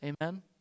amen